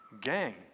gang